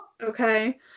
okay